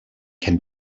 can